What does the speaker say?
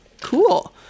cool